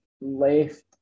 left